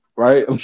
Right